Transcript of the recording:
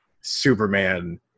Superman